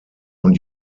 und